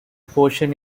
portion